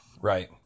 Right